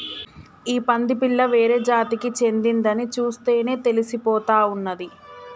ఈ పంది పిల్ల వేరే జాతికి చెందిందని చూస్తేనే తెలిసిపోతా ఉన్నాది